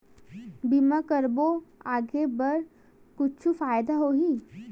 बीमा करबो आगे बर कुछु फ़ायदा होही?